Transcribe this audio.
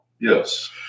Yes